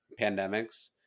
pandemics